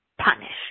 punish